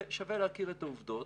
שווה להכיר את העובדות,